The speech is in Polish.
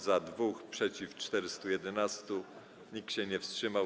Za - 2, przeciw - 411, nikt się nie wstrzymał.